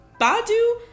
Badu